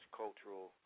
cultural